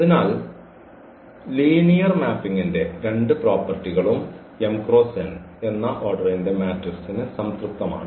അതിനാൽ ലീനിയർ മാപ്പിംഗിന്റെ രണ്ട് പ്രോപ്പർട്ടികളും എന്ന ഓർഡറിന്റെ മാട്രിക്സിന് സംതൃപ്തമാണ്